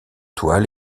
toile